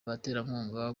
abaterankunga